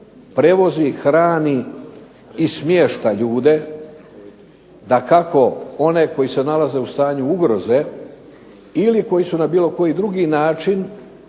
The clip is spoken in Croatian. prevozi, hrani i smješta ljude dakako one koji se nalaze u stanju ugroze ili koji su na bilo koji drugi način